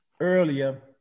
earlier